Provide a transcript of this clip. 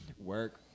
Work